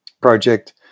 project